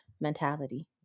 mentality